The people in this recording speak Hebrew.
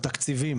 התקציבים